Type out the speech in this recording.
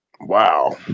Wow